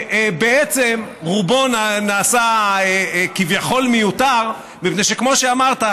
בעצם רובו נעשה כביכול מיותר מפני שכמו שאמרת,